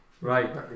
Right